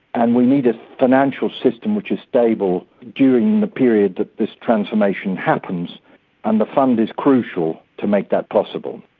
and we need a financial system which is stable during the period that this transformation happens and the fund is crucial to make that possible.